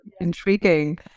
intriguing